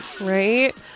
Right